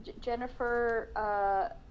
Jennifer